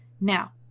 Now